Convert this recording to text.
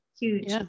huge